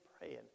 praying